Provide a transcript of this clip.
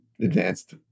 advanced